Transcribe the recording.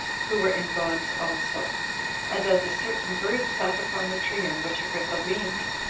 who were in bonds also and as a certain bird sat upon the tree on which agrippa leaned,